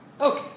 Okay